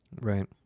Right